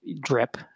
drip